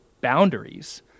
boundaries